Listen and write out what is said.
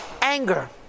anger